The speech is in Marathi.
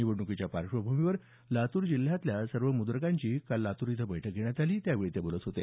निवडणुकीच्या पार्श्वभूमीवर जिल्ह्यातल्या सर्व मुद्रकांची काल लातूर इथं बैठक घेण्यात आली त्यावेळी ते बोलत होते